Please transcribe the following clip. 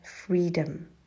Freedom